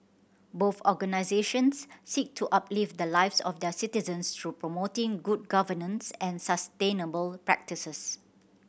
both organisations seek to uplift the lives of their citizens through promoting good governance and sustainable practices